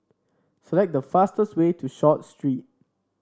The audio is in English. select the fastest way to Short Street